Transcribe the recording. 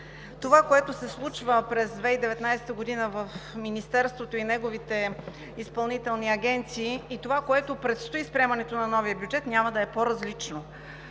това, което се случва през 2019 г. в Министерството и неговите изпълнителни агенции, и онова, което предстои с приемането на новия бюджет, няма да е по-различно.